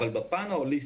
אבל בפן ההוליסטי,